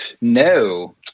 no